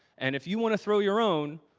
and if you want to throw your own,